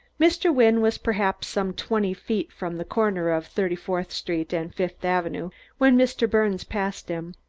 mr. wynne was perhaps some twenty feet from the corner of thirty-fourth street and fifth avenue when mr. birnes passed him.